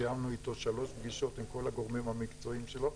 קיימנו שלוש פגישות עם כל הגורמים המקצועיים שלו,